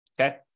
okay